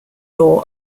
law